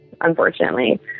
unfortunately